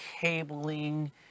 cabling